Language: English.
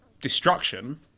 Destruction